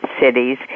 cities